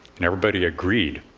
and everybody agreed,